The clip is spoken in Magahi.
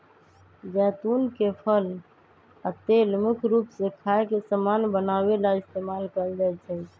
जैतुन के फल आ तेल मुख्य रूप से खाए के समान बनावे ला इस्तेमाल कएल जाई छई